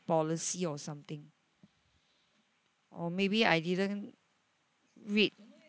policy or something or maybe I didn't read